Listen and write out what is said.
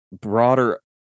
broader